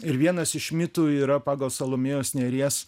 ir vienas iš mitų yra pagal salomėjos nėries